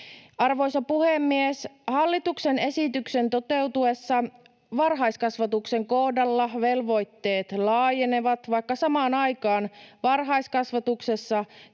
Arvoisa puhemies! Hallituksen esityksen toteutuessa varhaiskasvatuksen kohdalla velvoitteet laajenevat, vaikka samaan aikaan varhaiskasvatuksessa